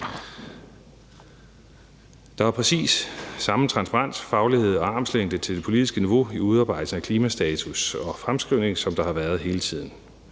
Der er præcis samme transparens, faglighed og armslængde til det politiske niveau i udarbejdelse af klimastatus og -fremskrivning, som der har været hele tiden.